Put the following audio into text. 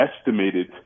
estimated